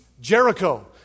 Jericho